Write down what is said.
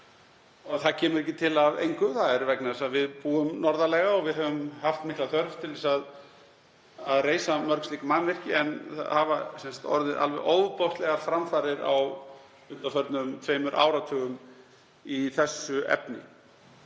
Það kemur ekki til af engu. Það er vegna þess að við búum norðarlega og við höfum haft mikla þörf til að reisa mörg slík mannvirki. En það hafa orðið alveg ofboðslegar framfarir á undanförnum